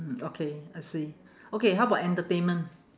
mm okay I see okay how about entertainment